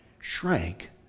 shrank